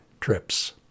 trips